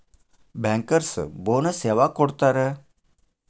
Bankers bonus ಯವಾಗ್ ಕೊಡ್ತಾರ?